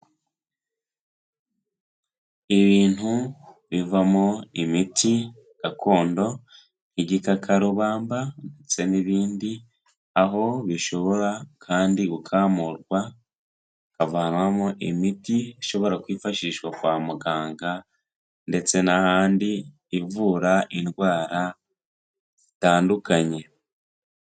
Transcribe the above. Ibintu bivamo imiti gakondo igikakarubamba ndetse n'ibindi, aho bishobora kandi gukamurwa havanwamo imiti ishobora kwifashishwa kwa muganga ndetse n'ahandi, ivura indwara zitandukanye.